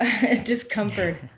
discomfort